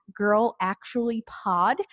girlactuallypod